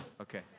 Okay